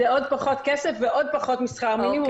זה עוד פחות כסף ועוד פחות משכר מינימום.